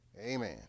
amen